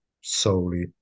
solely